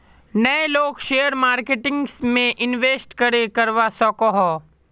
नय लोग share marketing में इंवेस्ट करे करवा सकोहो?